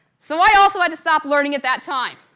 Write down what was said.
so, i also had to stop learning at that time.